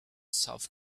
south